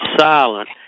silent